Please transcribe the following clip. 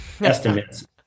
Estimates